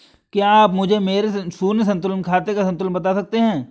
क्या आप मुझे मेरे शून्य संतुलन खाते का संतुलन बता सकते हैं?